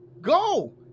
go